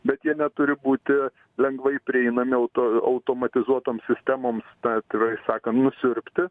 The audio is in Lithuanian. bet jie neturi būti lengvai prieinami auto automatizuotoms sistemoms atvirai sakant nusiurbti